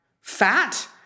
fat